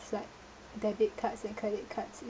like debit cards and credit cards in